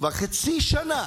כבר חצי שנה